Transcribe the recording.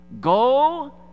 Go